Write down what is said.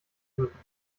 wirken